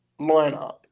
lineup